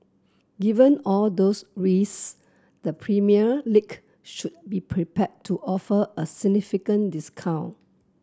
given all those risks the Premier League should be prepared to offer a significant discount